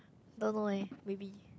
I don't know eh maybe